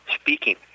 speaking